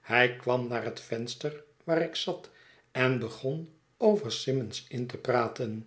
hij kwam naar het venster waar ik zat en begon over symond's inn te praten